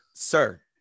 sir